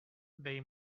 they